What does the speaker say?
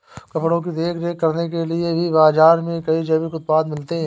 कपड़ों की देखभाल करने के लिए भी बाज़ार में कई जैविक उत्पाद मिलते हैं